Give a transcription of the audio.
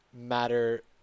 matter